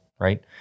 right